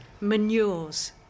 manures